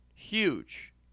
Huge